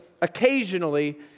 occasionally